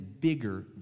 bigger